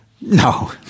no